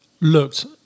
looked